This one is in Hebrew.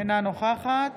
אינה נוכחת